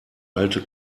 alte